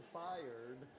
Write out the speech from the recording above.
fired